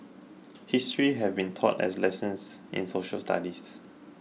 history have been taught as lessons in social studies